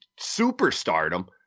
superstardom